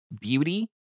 Beauty